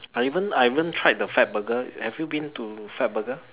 I even I even tried the FatBurger have you been to FatBurger